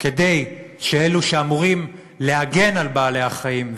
כדי שאלו שאמורים להגן על בעלי-החיים,